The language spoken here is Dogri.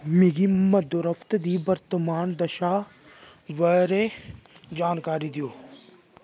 मिगी मदोरफ्त दी वर्तमान दशा बारे जानकारी देओ